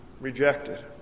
rejected